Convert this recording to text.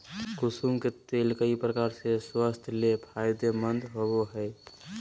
कुसुम के तेल कई प्रकार से स्वास्थ्य ले फायदेमंद होबो हइ